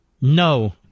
no